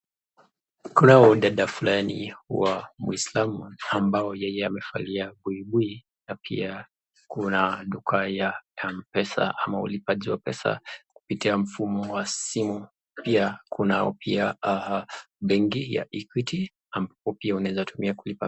Kunao wadada Fulani wa muislamu ambao yeye amevalia buibui na pia Kuna duka ya mpesa ama ulipaji wa pesa kupitia mvumo wa simu, pia kunao pia benki ya equity ambayo pia unaezatumia kulipa.